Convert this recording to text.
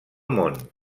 món